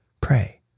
Pray